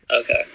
Okay